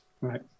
Right